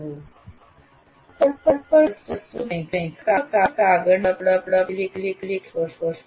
board પર પ્રસ્તુત કંઈક અથવા કાગળના ટુકડા પર લખેલી કંઈક વસ્તુ છે